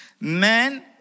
Man